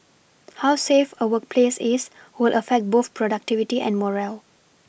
how safe a workplace is will affect both productivity and morale